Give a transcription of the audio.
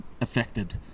affected